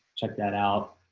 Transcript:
check that out.